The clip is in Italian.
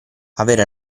avere